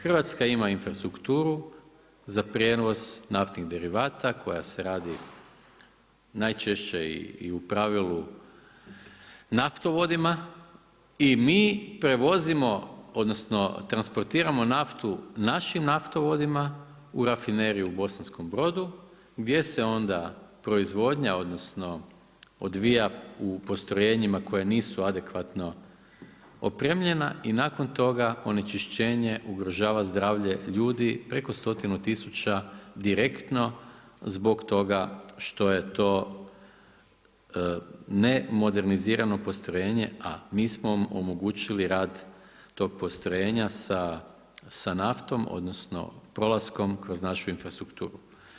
Hrvatska ima infrastrukturu za prijevoz naftnih derivata koja se radi najčešće i u pravilu naftovodima i mi prevozimo odnosno transportiramo naftu našim naftovodima u Rafineriju u Bosanskom Brodu gdje se proizvodnja odvija u postrojenjima koja nisu adekvatno opremljena i nakon toga onečišćenje ugrožava zdravlje ljudi preko 100 tisuća direktno zbog toga što je to ne modernizirano postrojenje, a mi smo omogućili rad tog postrojenja sa naftom odnosno prolaskom kroz našu infrastrukturu.